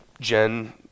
Jen